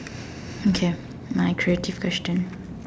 can my creative question